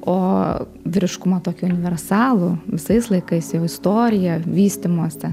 o vyriškumą tokį universalų visais laikais jau istorija vystymosi